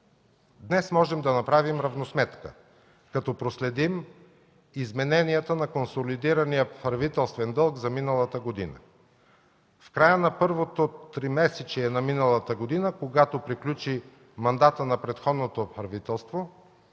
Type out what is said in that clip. Днес можем да направим равносметка като проследим измененията на консолидирания правителствен дълг за миналата година. В края на първото тримесечие на миналата година, когато приключи мандатът на предходното правителство,